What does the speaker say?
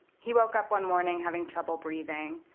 he woke up one morning, having trouble breathing.